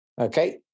Okay